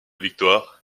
victoire